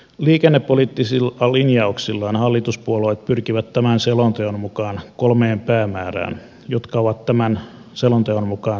liikennepoliittisilla linjauksillaan hallituspuolueet pyrkivät tämän selonteon mukaan kolmeen päämäärään jotka ovat tämän selonteon mukaan seuraavat